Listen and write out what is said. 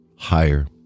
higher